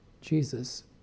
Jesus